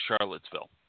Charlottesville